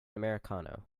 americano